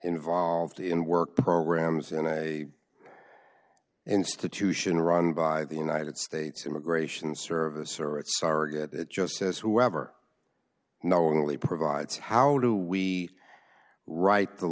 involved in work programs and a institution run by the united states immigration service or its sorry that it just says whoever knowingly provides how do we write the